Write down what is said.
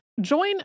Join